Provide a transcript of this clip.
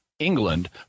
England